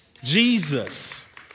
Jesus